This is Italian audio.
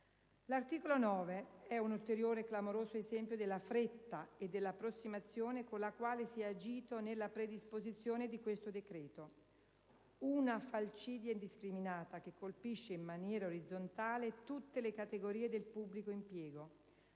L'articolo 9 è un ulteriore e clamoroso esempio della fretta e dell'approssimazione con cui si è agito nella predisposizione di questo decreto. Una falcidia indiscriminata che colpisce in maniera orizzontale tutte le categorie del pubblico impiego,